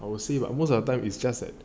I would say but most of the time is just